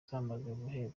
zamaze